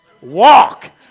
Walk